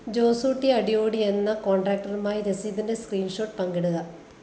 ജോസൂട്ടി അടിയോടി എന്ന കോൺട്രാക്റ്ററുമായി രസീതിൻ്റെ സ്ക്രീൻഷോട്ട് പങ്കിടുക